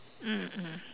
mm mm